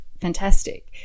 fantastic